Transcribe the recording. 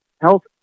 health